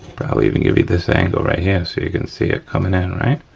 ah even give you this angle right here so you can see it coming in, right.